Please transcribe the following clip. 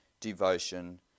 devotion